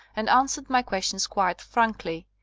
and answered my questions quite frankly.